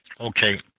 Okay